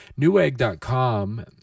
Newegg.com